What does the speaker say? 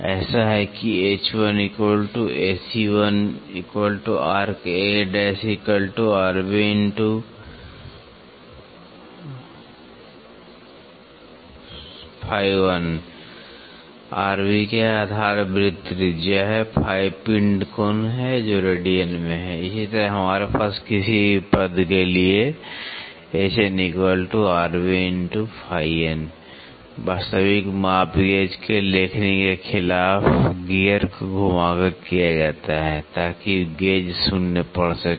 ऐसा है कि आधार वृत्त त्रिज्या पिण्ड कोण रेडियन में इसी तरह हमारे पास किसी भी पद के लिए वास्तविक माप गेज के लेखनी के खिलाफ गियर को घुमाकर किया जाता है ताकि गेज शून्य पढ़ सके